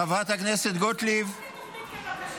זאת לא תוכנית כבקשתך.